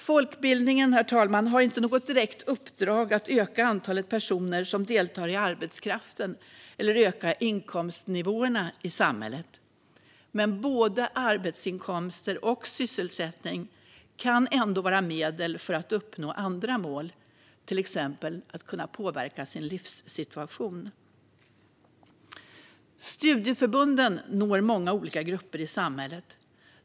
Folkbildningen har inte, herr talman, något direkt uppdrag att öka antalet personer som deltar i arbetskraften eller att öka inkomstnivåerna i samhället. Men både arbetsinkomster och sysselsättning kan ändå vara medel för att uppnå andra mål, till exempel att kunna påverka sin livssituation. Studieförbunden når många olika grupper i samhället.